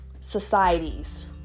societies